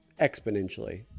exponentially